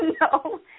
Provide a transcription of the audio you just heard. No